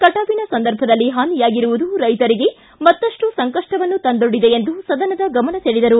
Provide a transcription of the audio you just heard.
ಕೆಟಾವಿನ ಸಂದರ್ಭದಲ್ಲಿ ಹಾನಿಯಾಗಿರುವುದು ರೈತರಿಗೆ ಮತ್ತಪ್ಪು ಸಂಕಪ್ಪವನ್ನು ತಂದೊಡ್ಡಿದೆ ಎಂದು ಸದನದ ಗಮನ ಸೆಳೆದರು